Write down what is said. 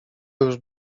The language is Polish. już